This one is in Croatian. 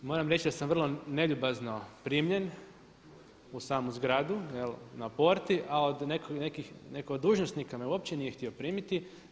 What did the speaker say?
Moram reći da sam vrlo neljubazno primljen u samu zgradu na porti a od nekih, netko od dužnosnika me uopće nije htio primiti.